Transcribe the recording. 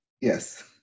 Yes